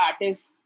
artists